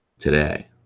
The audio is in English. Today